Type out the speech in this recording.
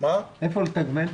איפה לתגמל?